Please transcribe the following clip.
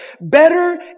better